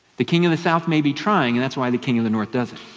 the king of the south may be trying, and that's why the king of the north does it.